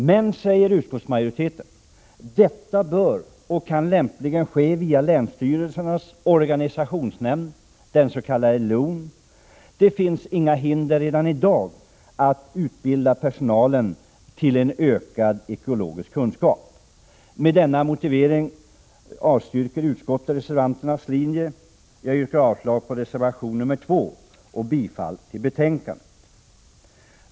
Men, säger utskottsmajoriteten, detta kan lämpligen ske via länsstyrelsernas organisationsnämnd, LON. Det finns inga hinder att redan i dag utbilda personal till en ökad ekologisk kunskap. Med denna motivering avstyrker utskottet reservanternas linje. Jag yrkar avslag på reservation nr 2 och bifall till utskottets hemställan.